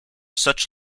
such